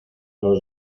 los